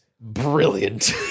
brilliant